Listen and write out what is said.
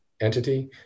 entity